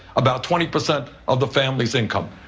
about twenty percent of the family's income.